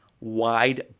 wide